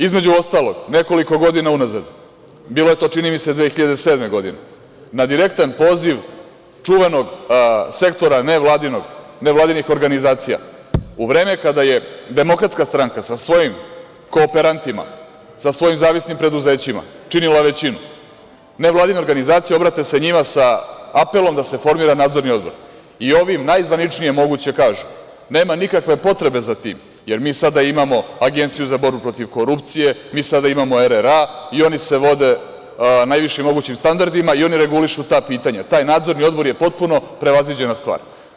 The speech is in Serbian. Između ostalog, nekoliko godina unazad, bilo je to, čini mi se, 2007. godine, na direktan poziv čuvenog sektora nevladinih organizacija, u vreme kada je DS sa svojim kooperantima, sa svojim zavisnim preduzećima činila većinu, nevladine organizacije obrate se njima sa apelom da se formira Nadzorni odbor i ovi im najzvaničnije moguće kažu - nema nikakve potrebe za tim, jer mi sada imamo Agenciju za borbu protiv korupcije, mi sada imamo RRA i oni se vode najvišim mogućim standardima i oni regulišu ta pitanja, taj Nadzorni odbor je potpuno prevaziđena stvar.